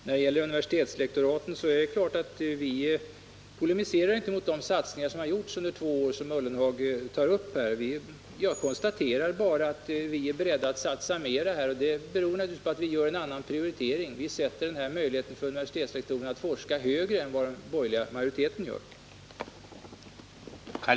När det gäller universitetslektoraten är det klart att vi inte polemiserar mot Jörgen Ullenhag, när han tar upp de satsningar som gjorts. Jag konstaterar bara att vi är beredda att satsa mer, och det beror naturligtvis på att vi gör en annan prioritering. Vi sätter möjligheten för universitetslektorerna att forska högre än den borgerliga majoriteten gör.